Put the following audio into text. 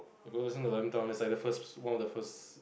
it goes on lion town is like the first one of the first